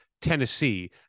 Tennessee